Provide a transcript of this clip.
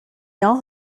all